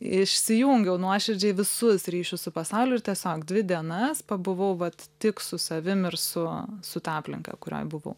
išsijungiau nuoširdžiai visus ryšius su pasauliu ir tiesiog dvi dienas pabuvau vat tik su savim ir su su ta aplinka kurioj buvau